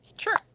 Sure